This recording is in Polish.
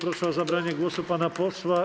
Proszę o zabranie głosu pana posła